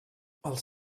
els